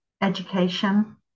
education